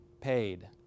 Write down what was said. paid